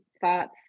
thoughts